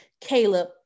Caleb